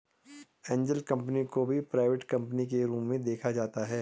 angel company को भी private company के रूप में देखा जाता है